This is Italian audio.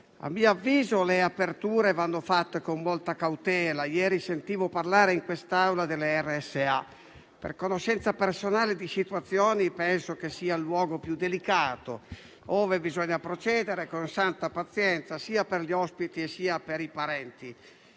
A mio avviso, le aperture vanno fatte con molta cautela. Ieri sentivo parlare in quest'Aula delle RSA. Per conoscenza personale di situazioni, penso sia il luogo più delicato ove bisogna procedere con santa pazienza sia per gli ospiti che per i parenti.